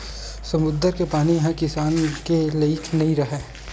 समुद्दर के पानी ह किसानी के लइक नइ राहय